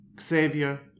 Xavier